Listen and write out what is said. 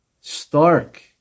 stark